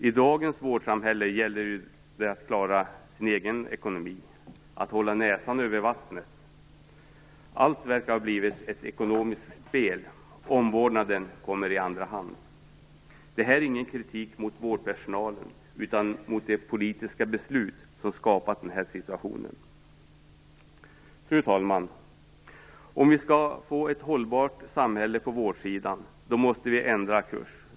I dagens vårdsamhälle gäller det att klara sin egen ekonomi - att hålla näsan över vattnet. Allt verkar ha blivit ett ekonomiskt spel. Omvårdnaden kommer i andra hand. Detta är ingen kritik mot vårdpersonalen, utan mot de politiska beslut som skapat denna situation. Fru talman! Om vi skall få ett hållbart samhälle på vårdsidan måste vi ändra kurs.